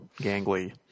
gangly